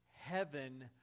Heaven